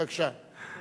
בבקשה.